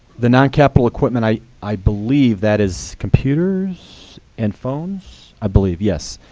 the non-capital equipment, i i believe that is computers and phones, i believe, yes.